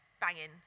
banging